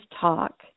talk